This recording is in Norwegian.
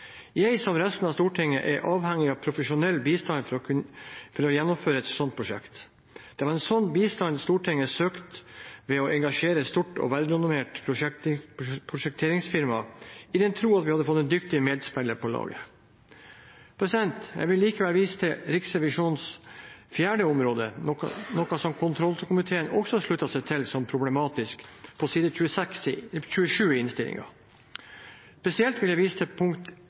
Jeg, som resten av Stortinget, er avhengig av profesjonell bistand for å gjennomføre et sånt prosjekt. Det var slik bistand Stortinget søkte ved å engasjere et stort og velrenommert prosjekteringsfirma, i den tro at vi hadde fått en dyktig medspiller på laget. Jeg vil likevel vise til Riksrevisjonens fjerde område – noe kontrollkomiteen også slutter seg til som problematisk – på side 27 i innstillingen. Spesielt vil jeg vise til punkt